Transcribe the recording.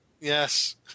Yes